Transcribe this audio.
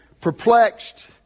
perplexed